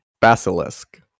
Basilisk